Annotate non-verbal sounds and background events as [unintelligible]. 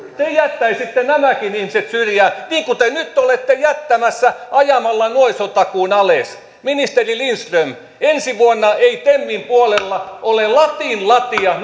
te jättäisitte nämäkin ihmiset syrjään niin kuin te nyt olette jättämässä ajamalla nuorisotakuun alas ministeri lindström ensi vuonna ei temin puolella ole latin latia [unintelligible]